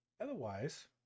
Otherwise